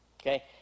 Okay